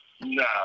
Nah